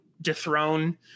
dethrone